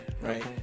right